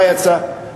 מה יצא?